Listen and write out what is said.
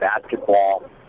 basketball